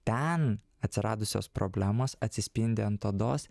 ten atsiradusios problemos atsispindi ant odos